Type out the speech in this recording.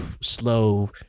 slow